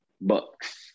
bucks